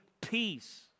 peace